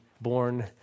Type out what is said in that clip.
born